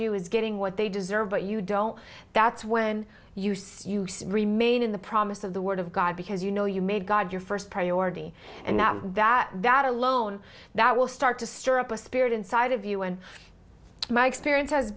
you is getting what they deserve what you don't that's when you see you remain in the promise of the word of god because you know you made god your first priority and that that alone that will start to stir up a spirit inside of you and my experience has